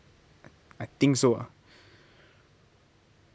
I think so ah